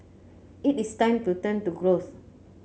it is time to turn to growth